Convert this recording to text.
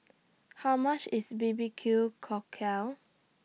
How much IS B B Q Cockle